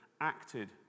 acted